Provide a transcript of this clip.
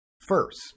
first